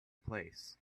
place